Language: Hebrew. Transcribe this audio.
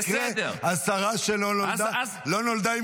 במקרה השרה שלא נולדה עם כפית בכלל.